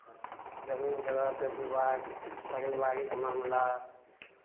जमीन जगहके विवाद पारिवारिक मामिला